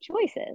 choices